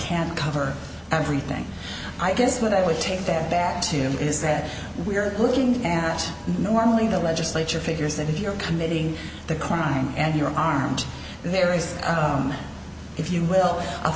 can't cover everything i guess what i would take that back to me is that we're looking at normally the legislature figures that if you're committing the crime and you're armed there is if you will